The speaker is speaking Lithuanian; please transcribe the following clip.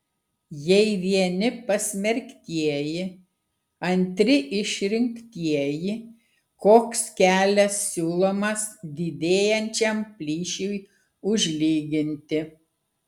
jei vieni pasmerktieji antri išrinktieji koks kelias siūlomas didėjančiam plyšiui užlyginti